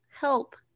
help